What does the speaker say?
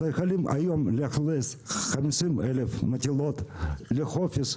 שיכולות היום לאכלס 50,000 מטילות ביצי חופש,